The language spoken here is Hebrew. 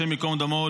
השם ייקום דמו,